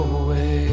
away